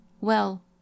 Well